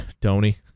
Tony